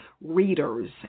readers